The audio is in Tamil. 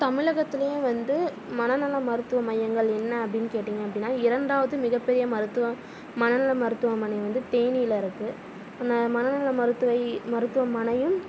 தமிழகத்துலேயும் வந்து மனநலம் மருத்துவம் மையங்கள் என்ன அப்டின்னு கேட்டிங்க அப்டின்னா இரண்டாவது மிகப்பெரிய மருத்துவம் மனநலம் மருத்துவமனை வந்து தேனியில் இருக்குது மனநல மருத்துவ மருத்துவம் மனையும்